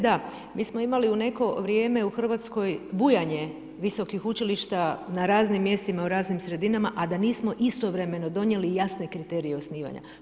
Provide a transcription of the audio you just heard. Da mi smo imali u neko vrijeme u Hrvatskoj bujanje visokih učilišta na raznim mjestima u raznim sredinama, a da nismo istovremeno donijeli jasne kriterije osnivanja.